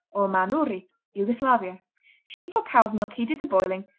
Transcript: or manuri yugoslavia sheep or cow's milk heated to boiling,